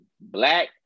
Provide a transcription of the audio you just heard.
Black